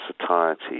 satiety